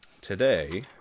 today